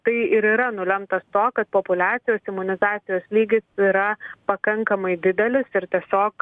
tai ir yra nulemtas to kad populiacijos imunizacijos lygis yra pakankamai didelis ir tiesiog